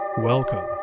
Welcome